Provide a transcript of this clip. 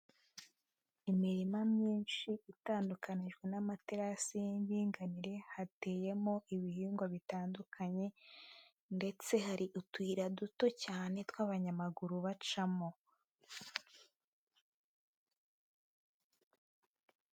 Imirima myinshi itandukanyijwe n'amaterasi y'indinganire, hateyemo ibihingwa bitandukanye ndetse hari utuyira duto cyane tw'abanyamaguru bacamo.